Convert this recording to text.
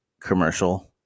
commercial